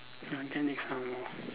organic some more